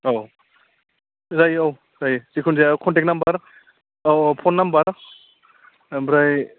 औ जायो औ जायो जिखुन जाया कन्टेक नाम्बार औ औ फन नाम्बार ओमफ्राय